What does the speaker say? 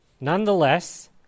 nonetheless